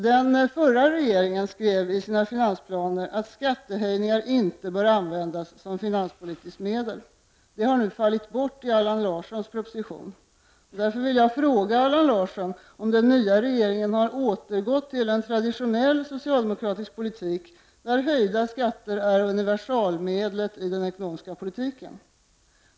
Den förra regeringen skrev i sina finansplaner att skattehöjningar inte bör användas som finanspolitiskt medel. Detta har nu fallit bort i Allan Larssons proposition. Därför vill jag fråga Allan Larsson om den nya regeringen har återgått till en traditionell socialdemokratisk politik där höjda skatter är universalmedlet i den ekonomiska politiken.